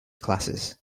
classes